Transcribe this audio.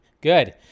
good